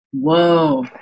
whoa